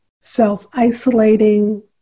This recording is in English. self-isolating